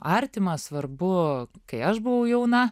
artima svarbu kai aš buvau jauna